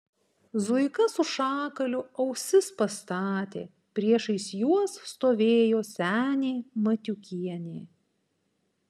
zuika su šakaliu ausis pastatė priešais juos stovėjo senė matiukienė